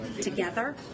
together